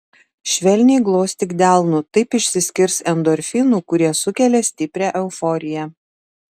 švelniai glostyk delnu taip išsiskirs endorfinų kurie sukelia stiprią euforiją